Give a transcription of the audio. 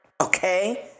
Okay